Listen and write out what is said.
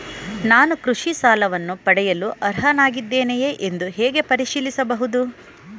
ನಾನು ಕೃಷಿ ಸಾಲವನ್ನು ಪಡೆಯಲು ಅರ್ಹನಾಗಿದ್ದೇನೆಯೇ ಎಂದು ಹೇಗೆ ಪರಿಶೀಲಿಸಬಹುದು?